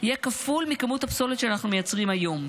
יהיה כפול מכמות הפסולת שאנחנו מייצרים היום.